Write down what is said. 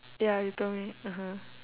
ya you told me (uh huh)